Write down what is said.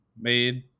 made